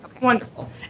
Wonderful